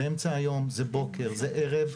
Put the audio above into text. זה אמצע היום, זה בוקר, זה ערב.